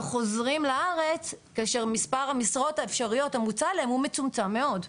וחוזרים לארץ כאשר מספר המשרות האפשריות המוצע להם הוא מצומצם מאוד,